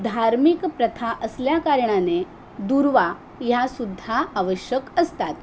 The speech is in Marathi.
धार्मिक प्रथा असल्याकारणाने दुर्वा ह्यासुद्धा आवश्यक असतात